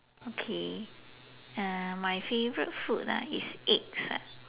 okay uh my favorite food ah is eggs ah